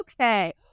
Okay